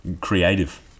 creative